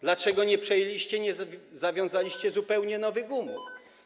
Dlaczego nie przejęliście, nie zawiązaliście zupełnie nowych umów?